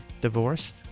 divorced